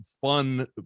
fun